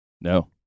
No